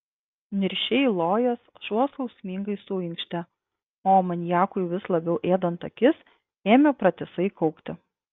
niršiai lojęs šuo skausmingai suinkštė o amoniakui vis labiau ėdant akis ėmė pratisai kaukti